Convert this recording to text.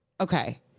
Okay